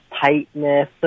tightness